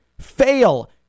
fail